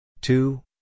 Two